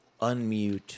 Unmute